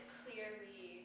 clearly